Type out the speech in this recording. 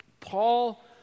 Paul